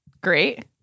Great